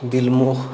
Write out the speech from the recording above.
দিলমূখ